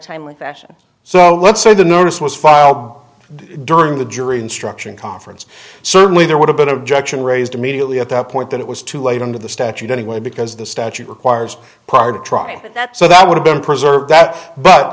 timely fashion so let's say the notice was filed during the jury instruction conference certainly there would have been objection raised immediately at that point that it was too late under the statute anyway because the statute requires part of try that so that would have been preserved that but